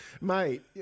mate